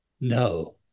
No